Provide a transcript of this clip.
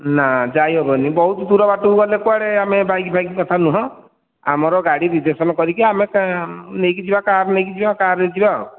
ନା ଯାଇ ହେବନି ବହୁତ ଦୂରବାଟକୁ ଗଲେ କୁଆଡ଼େ ଆମେ ବାଇକ୍ ଫାଇକ୍ କଥା ନୁହଁ ଆମର ଗାଡ଼ି ରିଜର୍ଭସନ୍ କରିକି ଆମେ ନେଇକି ଯିବା କାର୍ ନେଇକି ଯିବା କାର୍ରେ ଯିବା ଆଉ